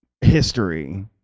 history